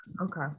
Okay